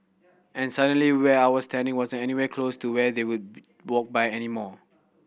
and suddenly where I was standing wasn't anywhere close to where they would walk by anymore